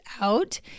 out